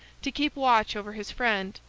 to keep watch over his friend,